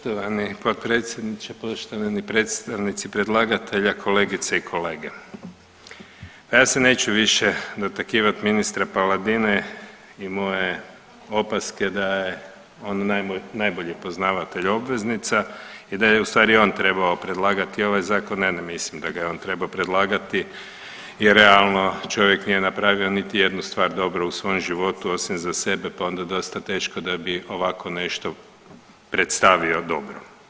Poštovani potpredsjedniče, poštovani predstavnici predlagatelja, kolegice i kolege, ja se neću više dotakivati ministra Paladine i moje opaske da je on najbolji poznavatelj obveznica i da je u stvari on trebao predlagati ovaj zakon, ja ne mislim da ga je on trebao predlagati i realno čovjek nije napravio niti jednu stvar dobro u svojem životu osim za sebe pa onda dosta teško da bi ovako nešto predstavio dobro.